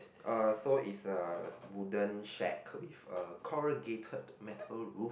uh so is a wooden shack with a corrugated metal roof